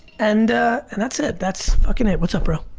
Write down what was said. and and that's it. that's fucking it. what's up bro?